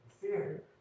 fear